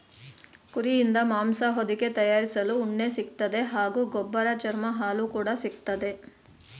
ಕುರಿಯಿಂದ ಮಾಂಸ ಹೊದಿಕೆ ತಯಾರಿಸಲು ಉಣ್ಣೆ ಸಿಗ್ತದೆ ಹಾಗೂ ಗೊಬ್ಬರ ಚರ್ಮ ಹಾಲು ಕೂಡ ಸಿಕ್ತದೆ